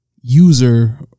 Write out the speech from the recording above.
user